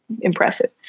impressive